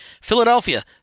Philadelphia